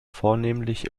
vornehmlich